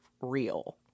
real